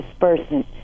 dispersant